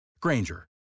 Granger